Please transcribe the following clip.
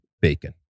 bacon